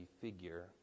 figure